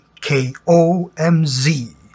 KOMZ